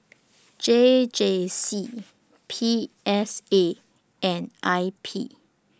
J J C P S A and I P